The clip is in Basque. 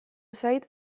zait